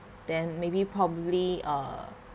then maybe probably uh